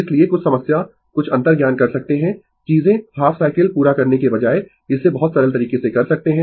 इसलिए कुछ समस्या कुछ अंतर्ज्ञान कर सकते है चीजें हाफ साइकिल पूरा करने के बजाय इसे बहुत सरल तरीके से कर सकते है